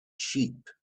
sheep